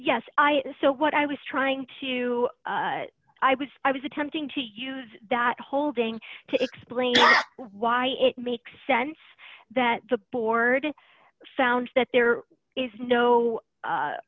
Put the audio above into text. yes i so what i was trying to i was i was attempting to use that holding to explain why it makes sense that the board found that there is no